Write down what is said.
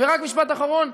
רק משפט אחרון.